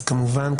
אז כמובן,